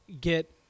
get –